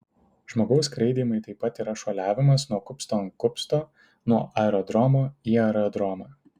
žmogaus skraidymai taip pat yra šuoliavimas nuo kupsto ant kupsto nuo aerodromo į aerodromą